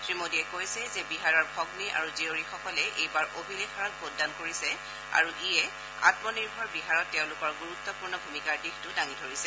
শ্ৰীমোদীয়ে কৈছে যে বিহাৰৰ ভগ্নী আৰু জীয়ৰীসকলে এইবাৰ অভিলেখ হাৰত ভোটদান কৰিছে আৰু ইয়ে আম্মনিৰ্ভৰ বিহাৰত তেওঁলোকৰ গুৰুত্বপূৰ্ণ ভূমিকাৰ দিশতো দাঙি ধৰিছে